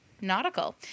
nautical